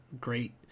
great